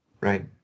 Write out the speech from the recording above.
Right